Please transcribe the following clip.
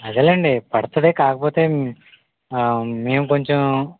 అదేలెండి పడుతుంది కాకపోతే మేము కొంచెం